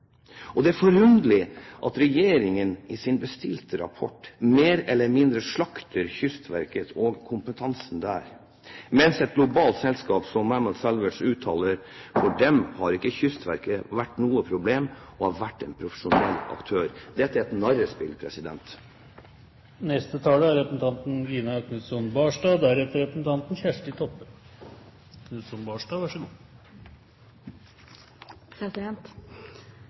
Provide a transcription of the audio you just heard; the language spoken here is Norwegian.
Det er forunderlig at regjeringen i sin bestilte rapport mer eller mindre slakter Kystverket og kompetansen der, mens et globalt selskap som Mammoet Salvage uttaler at for dem har ikke Kystverket vært noe problem, men en profesjonell aktør. Dette er et narrespill. Jeg forstår at det er